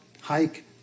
hike